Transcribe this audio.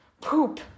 poop